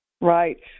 Right